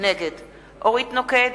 נגד אורית נוקד,